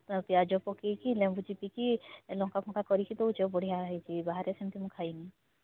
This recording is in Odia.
ପିଆଜ ପକାଇକି ଲେମ୍ବୁ ଚିପିକି ଲଙ୍କା ଫଙ୍କା କରିକି ଦେଉଛ ବଢ଼ିଆ ହୋଇଛି ବାହାରେ ସେମିତି ମୁଁ ଖାଇନି